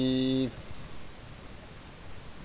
if